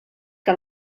que